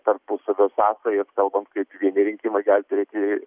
tarpusavio sąsajas kalbant kaip vieni rinkimai gali turėti